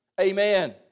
Amen